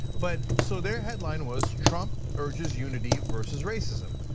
but so their headline was trump urges unity versus racism.